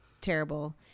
terrible